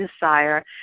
desire